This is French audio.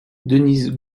denise